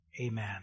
amen